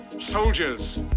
Soldiers